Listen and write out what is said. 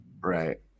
Right